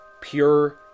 pure